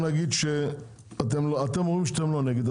נגיד שאתם אומרים שאתם לא נגד,